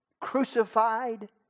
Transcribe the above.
crucified